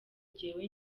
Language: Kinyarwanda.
jyewe